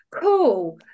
Cool